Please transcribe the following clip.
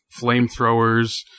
flamethrowers